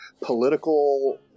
political